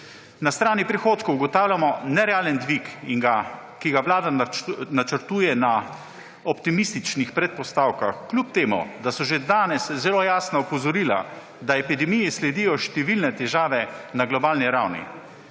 Na strani prihodkov ugotavljamo nerealen dvig, ki ga vlada načrtuje na optimističnih predpostavkah, kljub temu da so že danes zelo jasna opozorila, da epidemiji sledijo številne težave na globalni ravni.